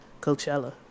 Coachella